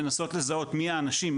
לנסות לזהות מי האנשים,